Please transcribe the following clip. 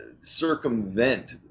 circumvent